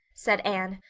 said anne.